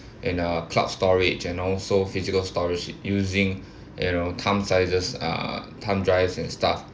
and uh cloud storage and also physical storage using you know thumb sizes uh thumbdrives and stuff